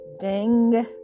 ding